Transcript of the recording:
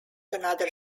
another